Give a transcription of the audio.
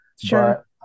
sure